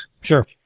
sure